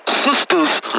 sister's